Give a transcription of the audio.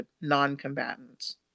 non-combatants